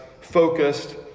focused